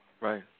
Right